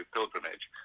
Pilgrimage